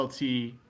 LT